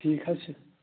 ٹھیٖک حظ چھُ